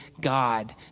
God